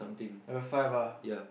level five ah